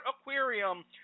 aquarium